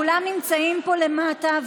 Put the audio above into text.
כולם נמצאים פה למטה,